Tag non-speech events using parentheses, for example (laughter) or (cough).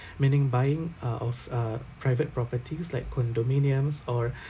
meaning buying uh of uh private properties like condominiums or (breath)